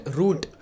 root